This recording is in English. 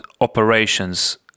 operations